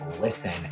listen